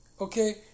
Okay